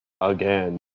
Again